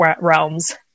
realms